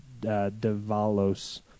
DeValos